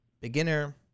beginner